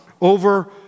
over